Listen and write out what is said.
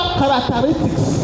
characteristics